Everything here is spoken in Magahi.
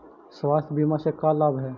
स्वास्थ्य बीमा से का लाभ है?